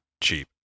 cheap